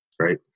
right